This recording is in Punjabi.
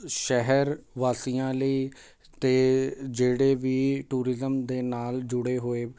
ਸ਼ਹਿਰ ਵਾਸੀਆਂ ਲਈ ਅਤੇ ਜਿਹੜੇ ਵੀ ਟੂਰਿਜ਼ਮ ਦੇ ਨਾਲ ਜੁੜੇ ਹੋਏ